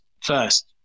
first